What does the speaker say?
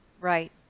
Right